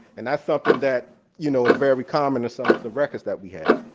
and that's something that you know is very common in some of the records that we have.